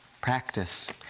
practice